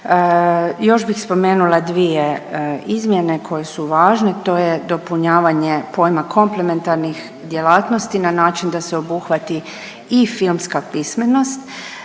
Još bih spomenula dvije izmjene koje su važne, to je dopunjavanje pojma komplementarnih djelatnosti na način da se obuhvati i filmska pismenost,